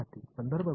विद्यार्थीः